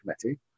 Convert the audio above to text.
Committee